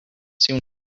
soon